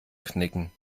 knicken